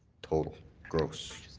total gross.